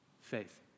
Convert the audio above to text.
faith